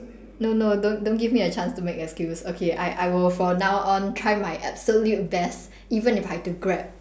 no no don't don't give me a chance to make excuse okay I I will for now on try my absolute best even if I have to grab